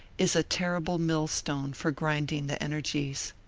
is a terrible millstone for grinding the energies.